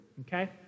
Okay